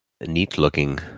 Neat-looking